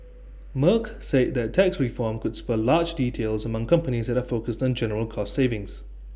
Merck said that tax reform could spur large deals among companies that are focused on general cost savings